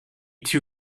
too